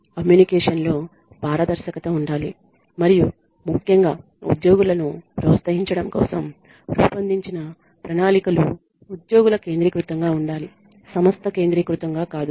కమ్యూనికేషన్లో పారదర్శకత ఉండాలి మరియు ముఖ్యంగా ఉద్యోగులను ప్రోత్సహించడం కోసం రూపొందించిన ప్రణాళికలు ఉద్యోగుల కేంద్రీకృతం గా ఉండాలి సంస్థ కేంద్రీకృతం గా కాదు